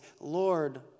Lord